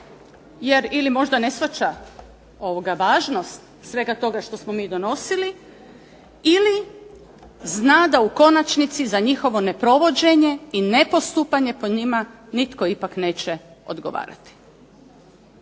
jer, ili možda ne shvaća važnost svega toga što smo mi donosili, ili zna da u konačnici za njihovo neprovođenje i ne postupanje po njima nitko ipak neće odgovarati.